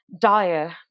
dire